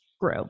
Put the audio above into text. grew